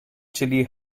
chili